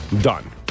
Done